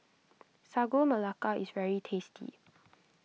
Sagu Melaka is very tasty